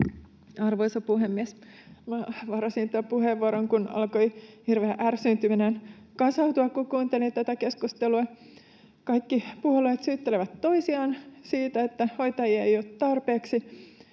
Arvoisa puhemies! Varasin tämän puheenvuoron, kun alkoi hirveä ärsyyntyminen kasautua, kun kuuntelin tätä keskustelua. Kaikki puolueet syyttelevät toisiaan siitä, että hoitajia ei ole tarpeeksi